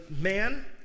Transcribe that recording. man